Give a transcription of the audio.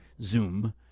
zoom